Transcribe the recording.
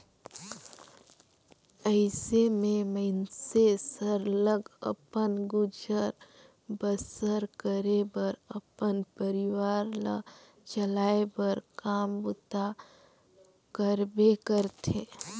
अइसे में मइनसे सरलग अपन गुजर बसर करे बर अपन परिवार ल चलाए बर काम बूता करबे करथे